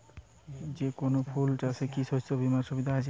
যেকোন ফুল চাষে কি শস্য বিমার সুবিধা থাকে?